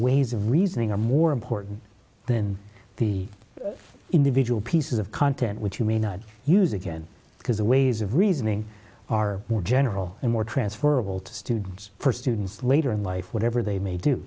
ways of reasoning are more important than the individual pieces of content which you may not use again because the ways of reasoning are more general and more transferable to students first students later in life whatever they may do